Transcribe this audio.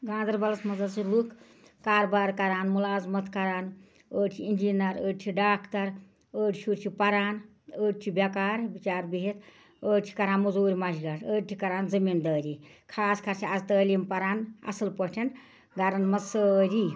گانٛدَربَلَس منٛز حظ چھِ لُکھ کاربار کران مُلازمَت کران أڑۍ چھِ اِجیٖنَر أڑۍ چھِ ڈاکٹَر أڑۍ شُرۍ چھِ پران أڑۍ چھِ بے کار بِچارٕ بِہِتھ أڑۍ چھِ کران مُزوٗرۍ مشغت أڑۍ چھِ کران زٔمیٖن دٲری خاص خاص چھِ آز تٲلیٖم پران اَصٕل پٲٹھۍ گَرَن منٛز سٲری